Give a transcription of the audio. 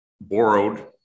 borrowed